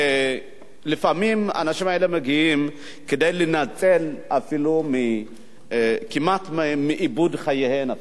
לפעמים הנשים האלה מגיעות כדי להינצל אפילו כמעט מאיבוד חייהן.